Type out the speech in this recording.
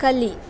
ಕಲಿ